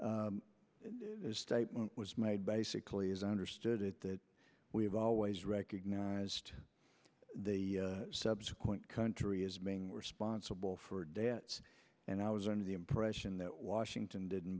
as statement was made basically as i understood it that we have always recognized the subsequent country as being responsible for debts and i was under the impression that washington didn't